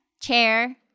chair